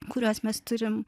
kuriuos mes turim